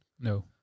No